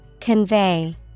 Convey